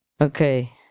Okay